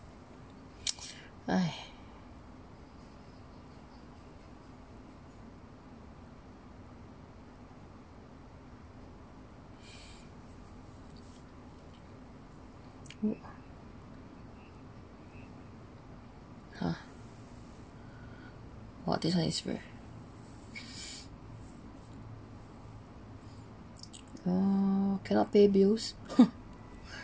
ha what this one is ve~ oh cannot pay bills